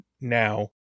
now